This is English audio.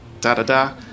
da-da-da